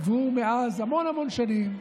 עברו מאז המון המון שנים,